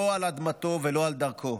לא על אדמתו ולא על דרכו.